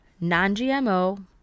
non-GMO